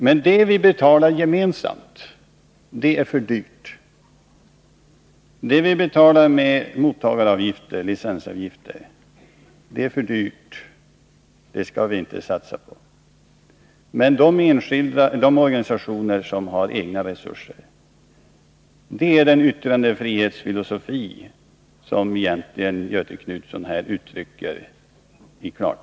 Men det som vi betalar gemensamt är för dyrt. Det som vi betalar med licensavgifter är alltså för dyrt, och det skall vi inte satsa på, däremot på de organisationer som har egna resurser. Det är, i klartext, den yttrandefrihetsfilosofi som Göthe Knutson här egentligen uttrycker.